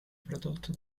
prodotto